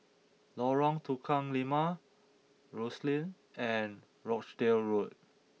Lorong Tukang Lima Rosyth and Rochdale Road